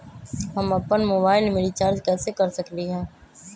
हम अपन मोबाइल में रिचार्ज कैसे कर सकली ह?